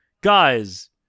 guys